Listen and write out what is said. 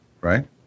right